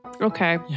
Okay